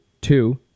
Two